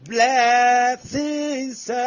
Blessings